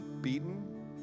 beaten